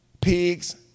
Pigs